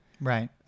right